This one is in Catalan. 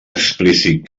explícit